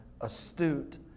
astute